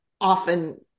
often